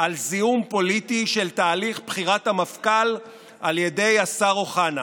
על זיהום פוליטי של תהליך בחירת המפכ"ל על ידי השר אוחנה